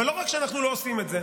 אבל לא רק שאנחנו לא עושים את זה,